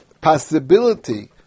possibility